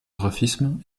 graphisme